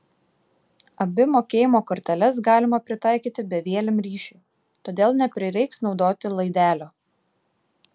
abi mokėjimo korteles galima pritaikyti bevieliam ryšiui todėl neprireiks naudoti laidelio